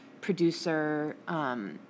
producer